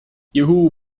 juhu